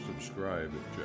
subscribe